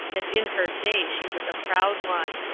and in her day she was a proud one.